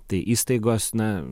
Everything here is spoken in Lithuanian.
tai įstaigos na